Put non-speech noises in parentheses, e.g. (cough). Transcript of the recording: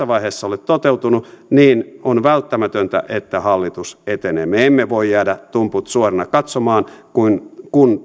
(unintelligible) vaiheessa ole toteutunut niin on välttämätöntä että hallitus etenee me emme voi jäädä tumput suorana katsomaan kun (unintelligible)